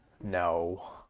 No